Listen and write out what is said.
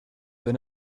wenn